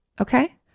Okay